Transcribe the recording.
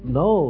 no